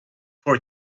four